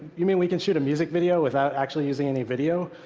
you mean we can shoot a music video without actually using any video?